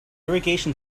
irrigation